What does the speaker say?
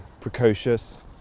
precocious